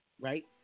Right